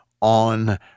on